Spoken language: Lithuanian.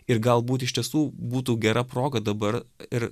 ir galbūt iš tiesų būtų gera proga dabar ir